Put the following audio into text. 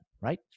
right